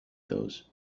those